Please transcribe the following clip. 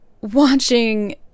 watching